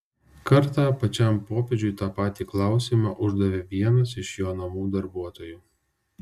kartą pačiam popiežiui tą patį klausimą uždavė vienas iš jo namų darbuotojų